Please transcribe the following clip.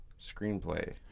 screenplay